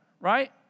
right